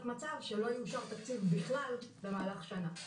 מצב שלא יאושר תקציב בכלל במהלך שנה.